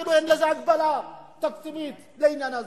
אפילו אין לזה הגבלה תקציבית, לעניין הזה.